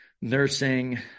nursing